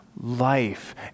life